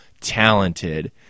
talented